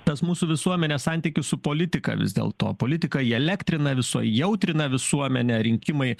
tas mūsų visuomenės santykis su politika vis dėlto politika įelektrina visuo įjautrina visuomenę rinkimai